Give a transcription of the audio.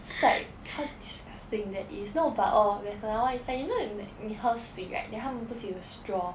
it's like how disgusting that is no but orh there's another one is like you know 你喝水 right then 他们不是有 straw